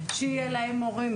כדי שיהיו להם מורים,